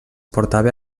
portava